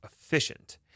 efficient